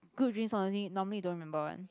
good dreams only normally don't remember one